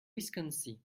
wisconsin